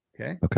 Okay